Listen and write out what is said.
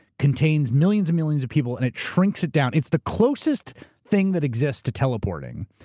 contains millions and millions of people and it shrinks it down. it's the closest thing that exists to teleporting,